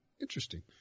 Interesting